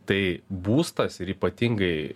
tai būstas ir ypatingai